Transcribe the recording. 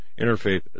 interfaith